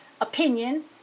opinion